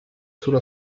solo